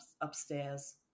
upstairs